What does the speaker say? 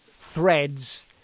Threads